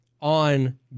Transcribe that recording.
on